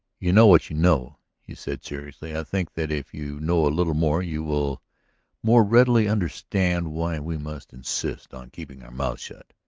you know what you know, he said seriously. i think that if you know a little more you will more readily understand why we must insist on keeping our mouths shut.